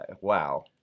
wow